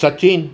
Sachin